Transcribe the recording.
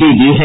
दे दी है